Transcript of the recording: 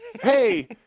hey